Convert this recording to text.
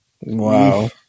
Wow